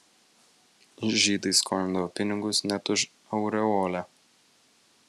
žydai skolindavo pinigus net už aureolę